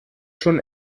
schon